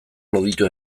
loditu